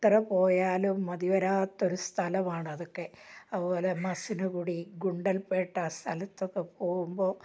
എത്ര പോയാലും മതി വരാത്ത ഒരു സ്ഥലമാണ് അതൊക്കെ അതുപോലെ മസിനഗുഡി ഗുണ്ടൽപേട്ട സ്ഥലത്തൊക്കെ പോകുമ്പോൾ